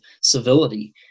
civility